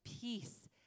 peace